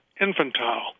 infantile